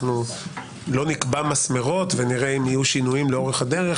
לא נקבע מסמרות ונראה אם יהיו שינויים לאורך הדרך,